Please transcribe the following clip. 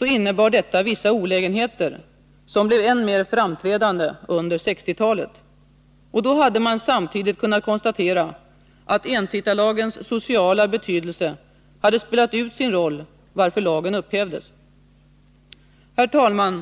innebar detta vissa olägenheter, som blev än mer framträdande under 1960-talet. Då hade man samtidigt kunnat konstatera att ensittarlagens sociala betydelse hade spelat ut sin roll, varför lagen upphävdes. Herr talman!